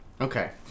Okay